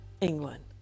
England